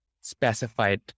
specified